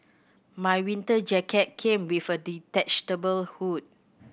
my winter jacket came with a detachable hood